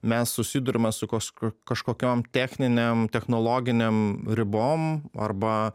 mes susiduriame su kos kažkokiom techninėm technologinėm ribom arba